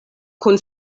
kun